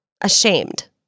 Ashamed